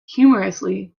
humorously